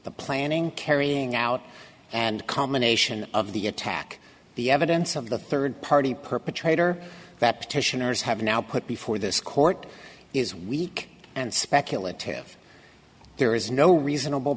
the planning carrying out and combination of the attack the evidence of the third party perpetrator that petitioners have now put before this court is weak and speculative there is no reasonable